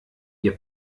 ihr